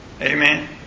Amen